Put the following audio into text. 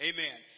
Amen